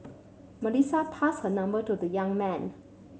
Melissa passed her number to the young man